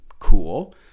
Cool